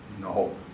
No